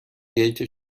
گیت